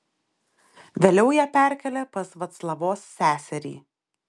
vėliau ją perkėlė pas vaclavos seserį